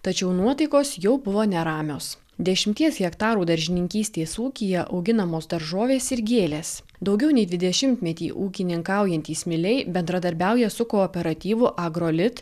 tačiau nuotaikos jau buvo neramios dešimties hektarų daržininkystės ūkyje auginamos daržovės ir gėlės daugiau nei dvidešimtmetį ūkininkaujantys miliai bendradarbiauja su kooperatyvu agrolit